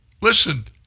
Listen